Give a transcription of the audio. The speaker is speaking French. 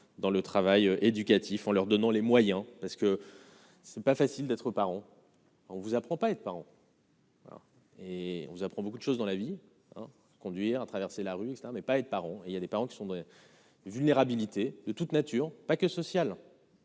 dans le travail éducatif en leur donnant les moyens parce que. C'est pas facile d'être parent, on vous apprend pas être parent. Et on nous apprend beaucoup de choses dans la vie, conduire à traverser la rue et ça ne met pas être parent, il y a des parents qui sont de vulnérabilité de toute nature pas que social.